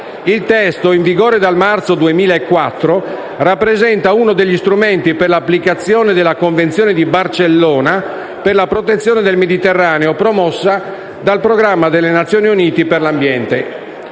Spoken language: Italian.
Il testo, in vigore dal marzo 2004, rappresenta uno degli strumenti per l'applicazione della Convenzione di Barcellona per la protezione del Mediterraneo, promossa dal Programma delle Nazioni Unite per l'ambiente.